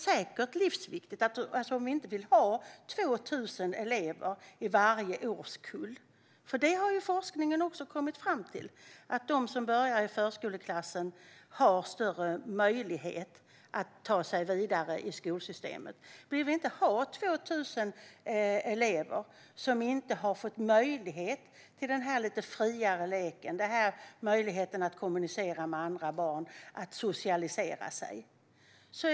Forskningen har också kommit fram till att de som börjar i förskoleklass har större möjlighet att ta sig vidare i skolsystemet. Man vill väl inte ha 2 000 elever i varje årskull som inte har fått möjlighet till den friare leken, till att kommunicera med andra barn och till att socialisera sig.